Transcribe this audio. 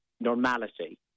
normality